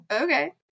okay